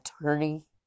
attorney